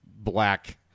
black